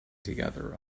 together